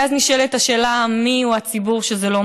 כי אז נשאלת השאלה מיהו הציבור שזה לא